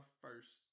first